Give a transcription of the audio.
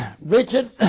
Richard